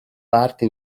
parte